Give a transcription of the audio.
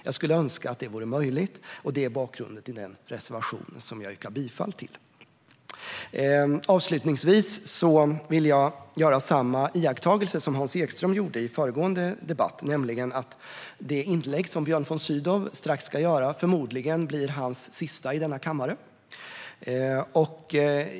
Jag skulle önska att det vore möjligt, och det är bakgrunden till den reservation jag yrkar bifall till. Avslutningsvis vill jag göra samma iakttagelse som Hans Ekström gjorde i föregående debatt, nämligen att det inlägg som Björn von Sydow strax ska göra förmodligen blir hans sista i denna kammare.